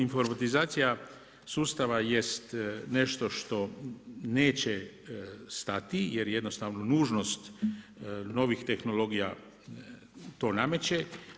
Informatizacija sustava jest nešto što neće stati jer jednostavno nužnost novih tehnologija to nameće.